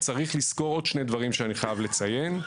צריך לזכור עוד שני דברים שאני חייב לציין.